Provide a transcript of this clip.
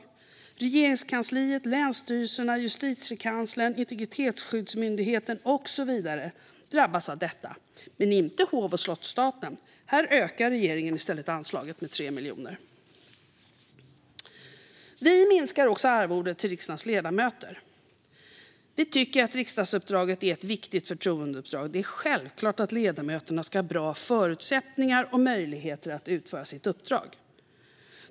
Även Regeringskansliet, länsstyrelserna, Justitiekanslern, Integritetsskyddsmyndigheten och så vidare drabbas av detta men inte den kungliga hov och slottsstaten. Här ökar regeringen i stället anslaget med 3 miljoner. Vi minskar också arvodet till riksdagens ledamöter. Vi tycker att riksdagsuppdraget är ett viktigt förtroendeuppdrag. Det är självklart att ledamöterna ska ha bra förutsättningar och möjligheter att utföra sitt uppdrag.